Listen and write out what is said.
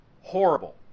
horrible